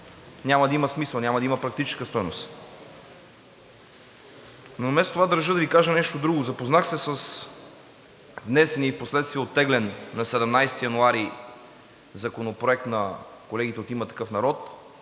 няма да има смисъл, няма да има практическа стойност. Но вместо това, държа да Ви кажа нещо друго. Запознах се с внесения и впоследствие оттеглен на 17 януари законопроект на колегите от „Има такъв народ“,